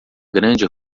grande